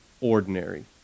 ordinary